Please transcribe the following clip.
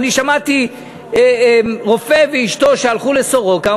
אני שמעתי רופא ואשתו שהלכו ל"סורוקה",